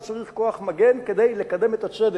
אתה צריך כוח מגן כדי לקדם את הצדק.